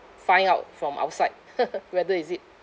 find out from outside whether is it